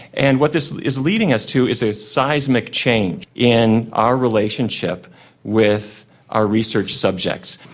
and what this is leading us to is a seismic change in our relationship with our research subjects.